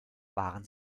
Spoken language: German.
waren